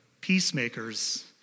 peacemakers